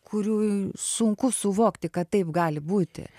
kurių sunku suvokti kad taip gali būti